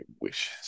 wishes